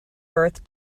birth